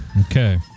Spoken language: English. Okay